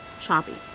choppy